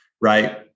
Right